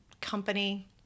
company